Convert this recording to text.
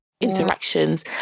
interactions